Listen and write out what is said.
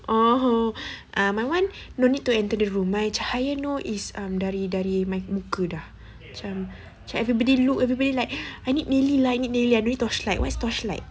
(uh huh) uh my one no need to enter the room my cahaya know is um dari dari my muka dah macam everybody look everybody like I need nili lah I need nili I no need torchlight what is torchlight